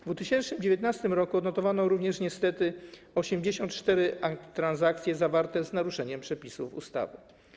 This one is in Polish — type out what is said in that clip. W 2019 r. odnotowano również niestety 84 transakcje zawarte z naruszeniem przepisów ustawy.